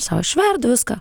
sau aš verdu viską